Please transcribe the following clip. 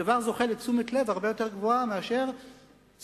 הדבר זוכה לתשומת לב הרבה יותר גבוהה מאשר כשסתם